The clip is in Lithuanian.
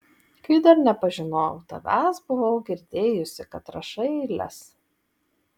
kai dar nepažinojau tavęs buvau girdėjusi kad rašai eiles